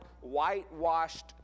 whitewashed